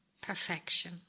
perfection